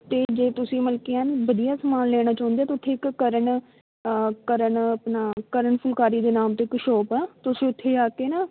ਅਤੇ ਜੇ ਤੁਸੀਂ ਮਤਲਬ ਕਿ ਐਨ ਵਧੀਆ ਸਮਾਨ ਲੈਣਾ ਚਾਹੁੰਦੇ ਤਾਂ ਉੱਥੇ ਇੱਕ ਕਰਨ ਕਰਨ ਆਪਣਾ ਕਰਨ ਫੁਲਕਾਰੀ ਦੇ ਨਾਮ 'ਤੇ ਇੱਕ ਸ਼ੋਪ ਆ ਤੁਸੀਂ ਉੱਥੇ ਆ ਕੇ ਨਾ